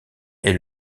est